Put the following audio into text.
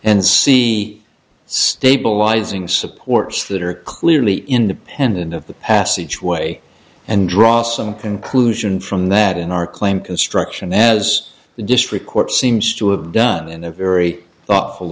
and see stabilizing supports that are clearly independent of the passage way and draw some conclusion from that in our claim construction as the district court seems to have done in a very thoughtful